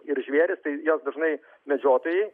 ir žvėris tai jas dažnai medžiotojai